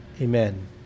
amen